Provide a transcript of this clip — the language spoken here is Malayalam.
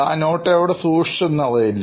ആ നോട്ട് എവിടെ സൂക്ഷിച്ചു എന്ന് അറിയില്ല